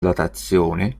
datazione